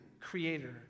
creator